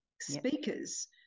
speakers